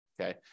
Okay